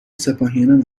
سپاهیانم